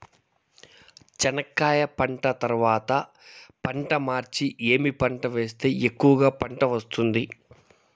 చెనక్కాయ పంట తర్వాత పంట మార్చి ఏమి పంట వేస్తే ఎక్కువగా పంట వస్తుంది?